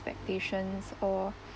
expectations or